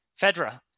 Fedra